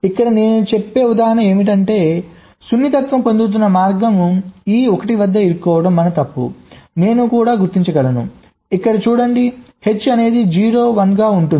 ఇక్కడ నేను చెప్పే ఉదాహరణ ఏమిటి అంటే సున్నితత్వం పొందుతున్న మార్గం E 1 వద్ద ఇరుక్కోవడం మన తప్పు నేను కూడా గుర్తించగలను ఇక్కడ చూడండి H అనేది 0 1 గా ఉంటుంది